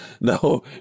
No